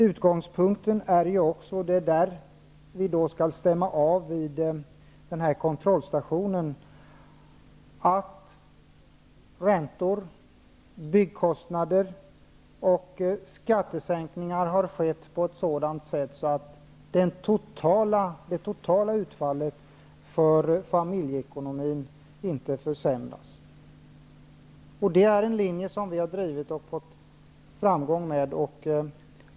Utgångspunkten är ju också, och det är det vi skall stämma av vid kontrollstationen, att räntor, byggkostnader och skattesänkningar har skett på ett sådant sätt att det totala utfallet för familjeekonomin inte försämras. Det är en linje som vi i Centern har drivit med stor framgång.